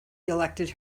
elected